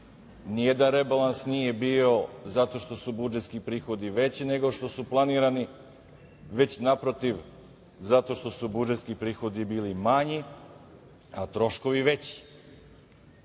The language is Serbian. Nijedan rebalans nije bio zato što su budžetski prihodi veći, nego što su planirani, već naprotiv, zato što su budžetski prihodi bili manji, a troškovi veći,